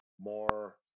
more